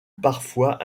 parfois